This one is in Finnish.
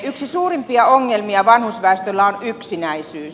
yksi suurimpia ongelmia vanhusväestöllä on yksinäisyys